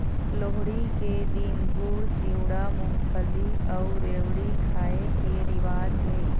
लोहड़ी के दिन गुड़, चिवड़ा, मूंगफली अउ रेवड़ी खाए के रिवाज हे